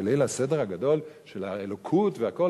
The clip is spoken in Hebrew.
בליל הסדר הגדול של האלוקות והכול,